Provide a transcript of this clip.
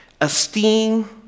Esteem